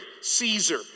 Caesar